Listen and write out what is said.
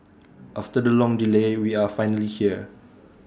after the long delay we are finally here